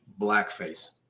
blackface